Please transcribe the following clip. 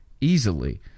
easily